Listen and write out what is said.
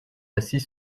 assis